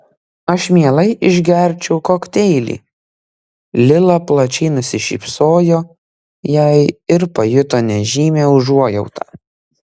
aš mielai išgerčiau kokteilį lila plačiai nusišypsojo jai ir pajuto nežymią užuojautą